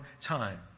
time